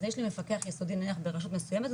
אז יש לי מפקח יסודי נניח ברשות מסוימת,